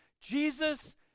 Jesus